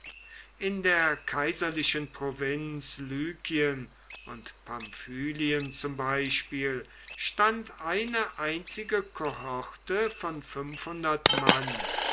in der kaiserlichen provinz lykien und pamphylien zum beispiel stand eine einzige kohorte von fünfhundert mann